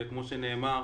וכמו שנאמר,